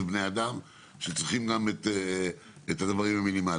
אלה בני אדם שגם צריכים את הדברים המינימליים,